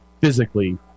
physically –